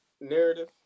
narrative